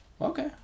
Okay